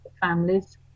families